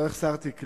לא החסרתי כלום.